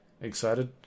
Excited